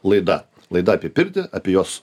laida laida apie pirtį apie jos